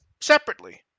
separately